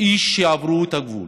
איש שעברו את הגבול.